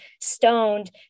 stoned